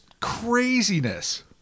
craziness